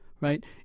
right